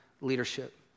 leadership